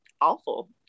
awful